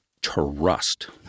trust